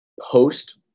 post